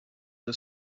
the